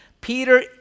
Peter